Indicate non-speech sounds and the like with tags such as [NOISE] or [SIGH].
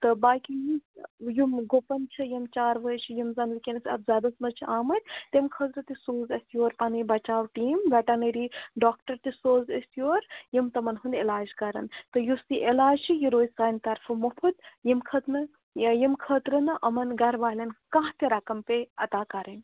تہٕ باقی [UNINTELLIGIBLE] یِم گُپَن چھِ یِم چاروٲے چھِ یِم زَن وٕکٮ۪نَس اَتھ زَدَس منٛز چھِ آمٕتۍ تَمۍ خٲطرٕ تہِ سوٗز اَسہِ یورٕ پَنٕنۍ بَچاو ٹیٖم وٮ۪ٹَنٔری ڈاکٹر تہِ سوز أسۍ یور یِم تِمَن ہُنٛد علاج کَرَن تہٕ یُس یہِ علاج چھِ یہِ روزِ سانہِ طرفہٕ مُفٕت ییٚمۍ کھٔت نہٕ یا ییٚمہِ خٲطرٕ نہٕ یِمَن گَرٕ والٮ۪ن کانٛہہ تہِ رَقَم پیٚیہِ اَدا کَرٕنۍ